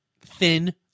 thin